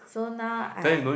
so now I